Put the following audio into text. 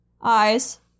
Eyes